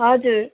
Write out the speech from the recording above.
हजुर